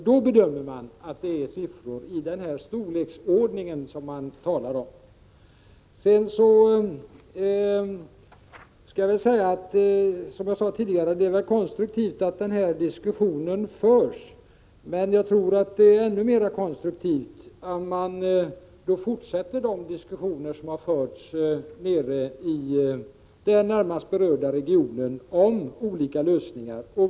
Då bedömer man att siffrorna är av den storleksordning som det här har talats om. Som jag sade tidigare är det väl konstruktivt att den här diskussionen förs. Men jag tror att det är ännu mera konstruktivt att fortsätta de diskussioner som har förts i den närmast berörda regionen om olika lösningar.